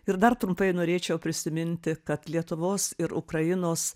ir dar trumpai norėčiau prisiminti kad lietuvos ir ukrainos